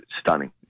stunning